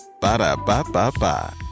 Ba-da-ba-ba-ba